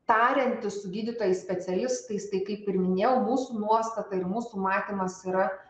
tariantis su gydytojais specialistais tai kaip ir minėjau mūsų nuostata ir mūsų matymas yra